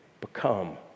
become